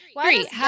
Three